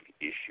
issue